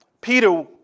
Peter